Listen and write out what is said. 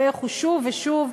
ואיך הוא שוב ושוב,